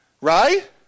Right